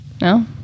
No